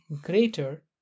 greater